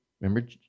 Remember